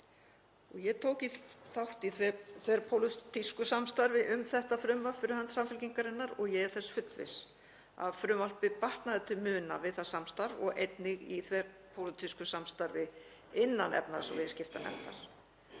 Ég tók þátt í þverpólitísku samstarfi um þetta frumvarp fyrir hönd Samfylkingarinnar og ég er þess fullviss að frumvarpið batnaði til muna við það samstarf og einnig í þverpólitísku samstarfi innan efnahags- og viðskiptanefndar.